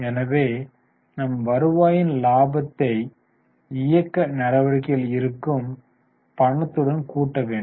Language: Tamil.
எனவே நம் வருவாயின் லாபத்தை இயக்க நடவடிக்கைகளில் இருக்கும் பணத்துடன் கூட்ட வேண்டும்